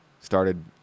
started